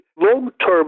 long-term